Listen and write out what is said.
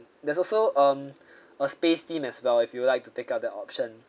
there's also um uh space theme as well if you would like to take up the option